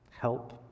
Help